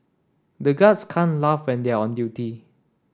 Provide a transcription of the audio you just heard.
the guards can't laugh when they are on duty